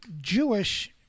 Jewish